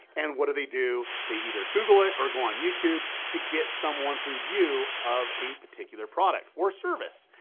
and what do they do, they either google it or go on youtube to get someone's review of a particular product or service.